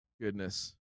goodness